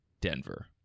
Denver